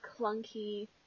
clunky